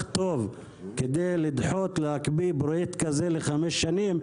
טוב כדי להקפיא פרויקט כזה לחמש שנים?